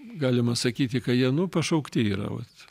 galima sakyti ka jie nu pašaukti yra vat